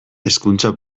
hezkuntza